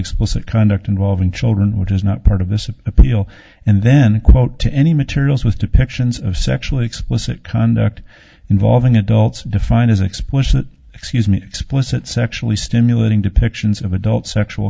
explicit conduct involving children which is not part of this appeal and then a quote to any materials with depictions of sexually explicit conduct involving adults defined as explicit excuse me explicit sexually stimulating depictions of adult sexual